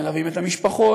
מלווים את המשפחות,